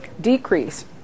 decrease